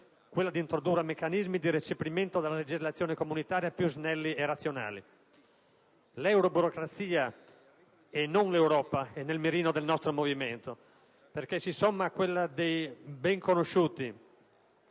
quella di introdurre meccanismi di recepimento della legislazione comunitaria più snelli e razionali. L'euroburocrazia - e non l'Europa - è nel mirino del nostro movimento, perché si somma a quella - da noi ben conosciuta